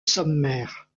sommaire